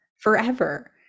forever